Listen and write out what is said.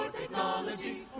technology,